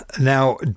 Now